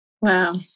Wow